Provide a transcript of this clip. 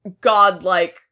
godlike